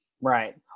Right